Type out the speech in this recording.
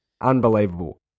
Unbelievable